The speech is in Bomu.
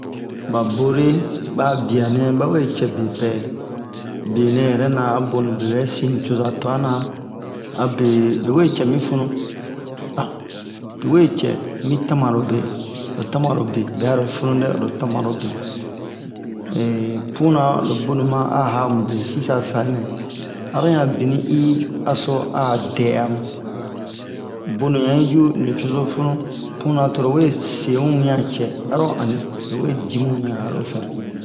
ba bore ba'a bianɛ bawe cɛ bepɛ bienɛ yɛrɛna a bonu be bɛ sin nicoza tuana abe lowe cɛmi funu lowe cɛmi tamaro be lo tamaro be bɛ'aro funu dɛ lo tamaro be puna lo bonu ma a ha mube sisa sanɛ ora yan bini i aso a dɛ'a mu bunu yan'i ju nucozo funu puna toro we semu wian cɛ aro ani lowe dimu wian aro fin